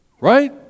Right